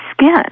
skin